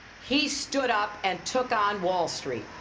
he stood up and took on wall street.